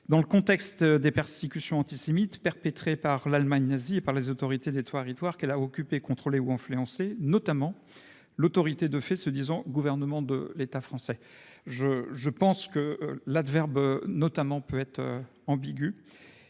dans le contexte des persécutions antisémites perpétrés par l'Allemagne nazie et par les autorités Touaregs Edouard qu'elle a occupées contrôler ou influencer notamment l'autorité de fait se disant gouvernement de l'État français. Je je pense que l'adverbe notamment peut être ambigu